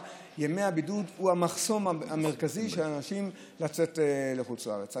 ימי הבידוד הם המחסום המרכזי של אנשים לצאת לחוץ לארץ.